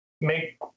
make